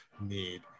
need